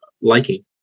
liking